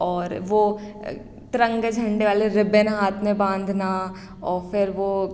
और वह तिरंगा झंडा वाली रिब्बन हाथ में बांधना और फ़िर वह